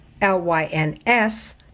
l-y-n-s